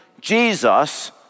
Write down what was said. Jesus